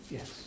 Yes